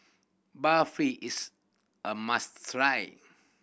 barfi is a must try